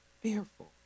fearful